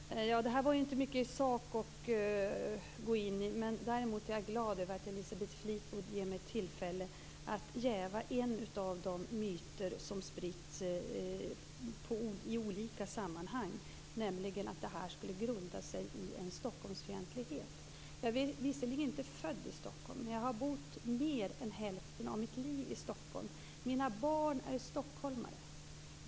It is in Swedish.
Fru talman! Det var inte mycket i sak att gå in på i Elisabeth Fleetwoods replik, men däremot är jag glad över att Elisabeth Fleetwood ger mig tillfälle att jäva en av de myter som spritts i olika sammanhang, nämligen att det här skulle grunda sig i en Stockholmsfientlighet. Jag är visserligen inte född i Stockholm, men jag har bott mer än hälften av mitt liv i Stockholm. Mina barn är stockholmare.